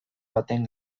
baten